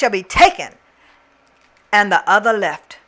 should be taken and the other left